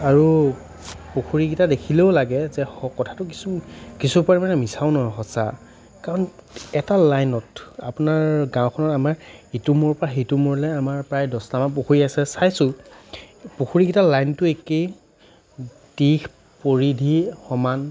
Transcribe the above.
আৰু পুখুৰীকেইটা দেখিলেও লাগে যে কথাটো কিছু কিছু পৰিমাণে মিছাও নহয় সঁচা কাৰণ এটা লাইনত আপোনাৰ গাঁওখনৰ আমাৰ ইটো মূৰৰ পৰা সিটো মূৰলৈ আমাৰ প্ৰায় দহটা মান পুখুৰী আছে চাইছোঁ পুখুৰীকেইটাৰ লাইনটো একেই দিশ পৰিধি সমান